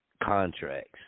contracts